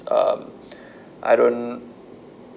um I don't